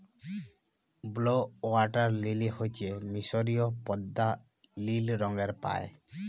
blue water lily হচ্যে মিসরীয় পদ্দা লিল রঙের পায়